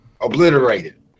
obliterated